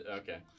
okay